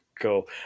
cool